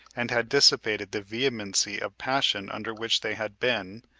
and had dissipated the vehemency of passion under which they had been,